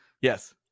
yes